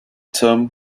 term